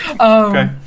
Okay